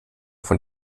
von